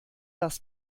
das